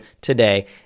today